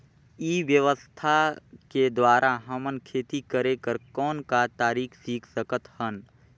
ई व्यवसाय के द्वारा हमन खेती करे कर कौन का तरीका सीख सकत हन?